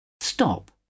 Stop